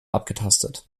abgetastet